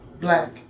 black